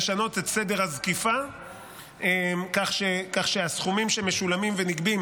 לשנות את סדר הזקיפה כך שהסכומים שמשולמים ונגבים